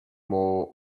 more